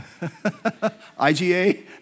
IGA